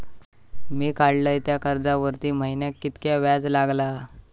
मी काडलय त्या कर्जावरती महिन्याक कीतक्या व्याज लागला?